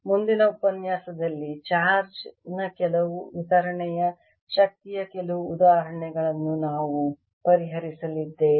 ಮುಂದಿನ ಉಪನ್ಯಾಸದಲ್ಲಿ ಚಾರ್ಜ್ ನ ಕೆಲವು ವಿತರಣೆಯ ಶಕ್ತಿಯ ಕೆಲವು ಉದಾಹರಣೆಗಳನ್ನು ನಾವು ಪರಿಹರಿಸಲಿದ್ದೇವೆ